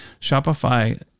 Shopify